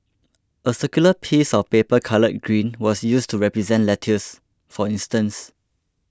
a circular piece of paper coloured green was used to represent lettuce for instance